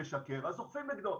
משקר אז אוכפים נגדו,